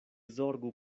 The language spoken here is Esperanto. zorgu